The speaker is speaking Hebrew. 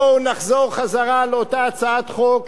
בואו נחזור לאותה הצעת חוק,